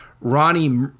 Ronnie –